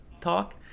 talk